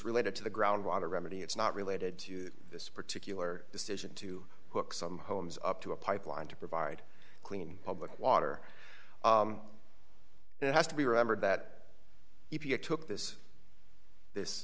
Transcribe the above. related to the ground water remedy it's not related to this particular decision to cook some homes up to a pipeline to provide clean public water it has to be remembered that if you took this